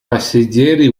passeggeri